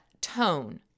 tone